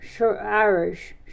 Irish